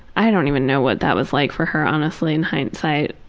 i don't even know what that was like for her honestly in hindsight.